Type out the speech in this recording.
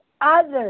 others